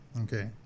Okay